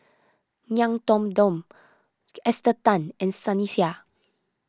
Ngiam Tong Dow Esther Tan and Sunny Sia